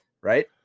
Right